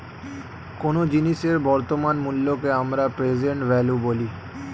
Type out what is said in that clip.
কোনো জিনিসের বর্তমান মূল্যকে আমরা প্রেসেন্ট ভ্যালু বলি